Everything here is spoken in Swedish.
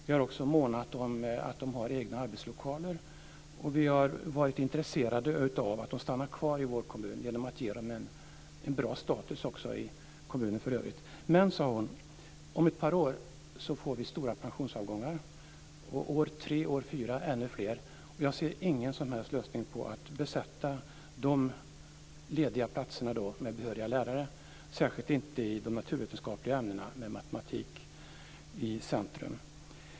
Vi har också månat om att de har egna arbetslokaler, och vi har varit intresserade av att de stannar kvar i vår kommun genom att ge dem en bra status också i övrigt i kommunen. Men, sade hon, om ett par år får vi stora pensionsavgångar, och ännu fler år 3 och år 4. Jag ser ingen som helst lösning på problemet att då besätta de lediga platserna med behöriga lärare, särskilt inte i de naturvetenskapliga ämnena med matematik i centrum.